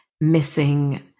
missing